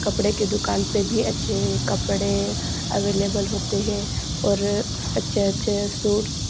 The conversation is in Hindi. कपड़े के दुकान पर भी अच्छे कपड़े अवेलेबल होते हैं और अच्छे अच्छे सूट्स